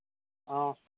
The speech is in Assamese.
অঁ